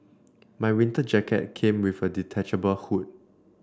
my winter jacket came with a detachable hood